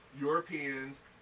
Europeans